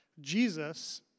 Jesus